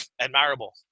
admirable